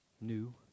new